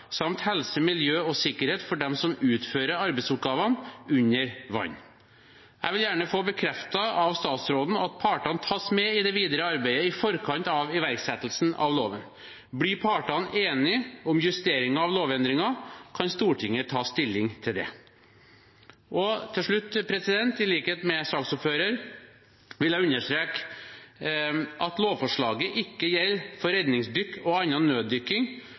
helse, miljø og sikkerhet for dem som utfører arbeidsoppgavene under vann. Jeg vil gjerne få bekreftet av statsråden at partene tas med i det videre arbeidet i forkant av iverksettelsen av loven. Blir partene enige om justeringer av lovendringen, kan Stortinget ta stilling til det. Til slutt: I likhet med saksordføreren vil jeg understreke at lovforslaget ikke gjelder for redningsdykk og annen nøddykking